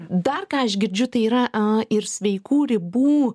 dar ką aš girdžiu tai yra ir sveikų ribų